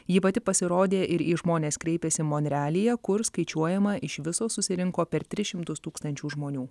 ji pati pasirodė ir į žmones kreipėsi monrealyje kur skaičiuojama iš viso susirinko per tris šimtus tūkstančių žmonių